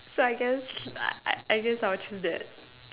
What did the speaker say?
so I just I I guess I will choose that